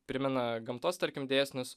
primena gamtos tarkim dėsnius